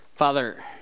Father